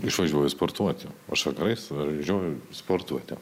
išvažiuoju sportuoti aš vakarais važiuoju sportuoti